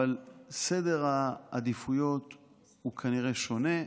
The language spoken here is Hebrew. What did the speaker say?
אבל סדר העדיפויות הוא כנראה שונה,